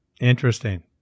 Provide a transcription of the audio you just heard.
Interesting